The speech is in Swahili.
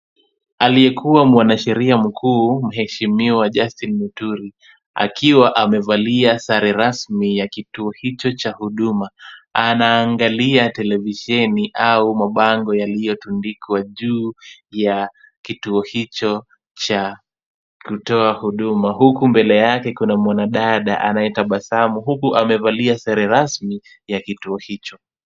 Aliyekuwa mwanasheria mkuu mheshimiwa Justin Muturi akiwa amevalia sare rasmi ya kituo hicho cha huduma. Anaangalia televisheni au mabango yaliyotundikwa juu ya kituo hicho cha kutoa huduma huku mbele yake kuna mwanadada anayetabasamu huku amevalia sare rasmi ya kituo hicho.